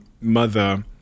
mother